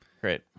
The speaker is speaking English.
Great